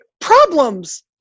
problems